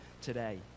today